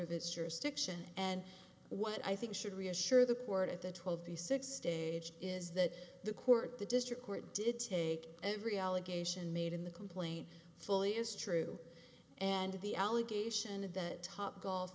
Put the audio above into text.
of its jurisdiction and what i think should reassure the port of the twelve the six stage is that the court the district court did take every allegation made in the complaint fully is true and the allegation of that top golf